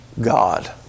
God